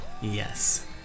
Yes